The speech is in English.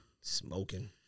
Smoking